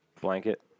blanket